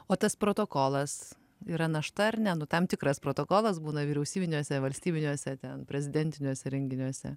o tas protokolas yra našta ar ne nu tam tikras protokolas būna vyriausybiniuose valstybiniuose ten prezidentiniuose renginiuose